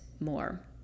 more